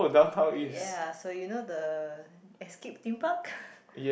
ya so you know the Escape-Theme-Park